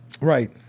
Right